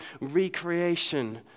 recreation